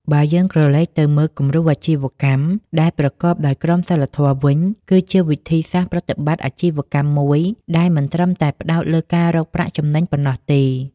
បើយើងក្រឡេកទៅមើលគំរូអាជីវកម្មដែលប្រកបដោយក្រមសីលធម៌វិញ គឺជាវិធីសាស្រ្តប្រតិបត្តិអាជីវកម្មមួយដែលមិនត្រឹមតែផ្តោតលើការរកប្រាក់ចំណេញប៉ុណ្ណោះទេ ។